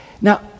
Now